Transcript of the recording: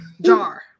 jar